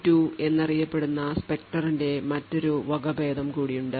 Variant2 എന്നറിയപ്പെടുന്ന സ്പെക്ടറിന്റെ മറ്റൊരു വകഭേദം കൂടിയുണ്ട്